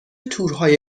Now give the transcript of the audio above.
تورهای